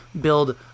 build